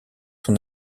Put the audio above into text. son